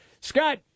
Scott